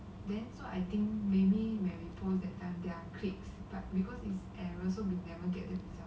I think again